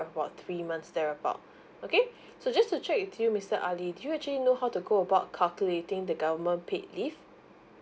about three months there about okay so just to check with you mister ali do you actually know how to go about calculating the government paid leave